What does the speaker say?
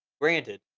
granted